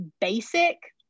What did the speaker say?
basic